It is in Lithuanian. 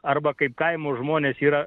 arba kaip kaimo žmonės yra